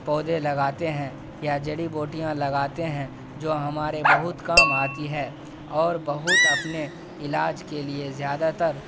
پودے لگاتے ہیں یا جڑی بوٹیاں لگاتے ہیں جو ہمارے بہت کام آتی ہیں اور بہت اپنے علاج کے لیے زیادہ تر